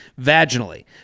vaginally